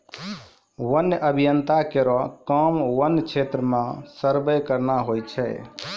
वन्य अभियंता केरो काम वन्य क्षेत्र म सर्वे करना होय छै